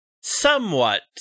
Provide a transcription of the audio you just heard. somewhat